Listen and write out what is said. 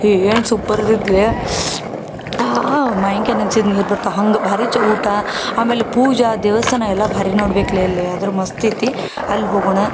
ಏನು ಸೂಪ್ಪರ್ ಇದ್ದಿತ್ತಲೇ ಮಾವಿನ್ಕಾಯ್ ನೆಂಚಿದ್ರ ನೀರು ಬರ್ತಾವೆ ಹಾಗೆ ಭಾರಿ ಊಟ ಆಮೇಲೆ ಪೂಜಾ ದೇವಸ್ಥಾನ ಎಲ್ಲ ಭಾರಿ ನೋಡ್ಬೆಕು ಲೇ ಅಲ್ಲಿಯೇ ಅದ್ರ ಮಸ್ತ್ ಐತಿ ಅಲ್ಲಿ ಹೋಗೋಣ